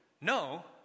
No